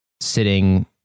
sitting